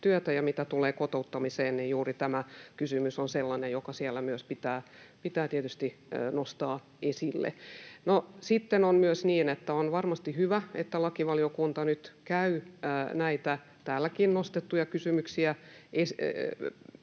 työtä. Ja mitä tulee kotouttamiseen, niin juuri tämä kysymys on sellainen, joka pitää siellä tietysti nostaa esille. Sitten on myös niin, että on varmasti hyvä, että lakivaliokunta nyt käy näitä täälläkin nostettuja kysymyksiä